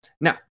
Now